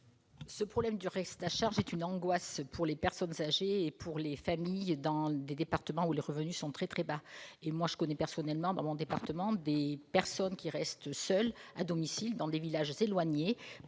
Ce problème du reste à charge est une angoisse pour les personnes âgées et pour les familles dans des départements où les revenus sont très bas. Je connais personnellement dans mon département des personnes qui restent seules, à domicile, dans des villages éloignés,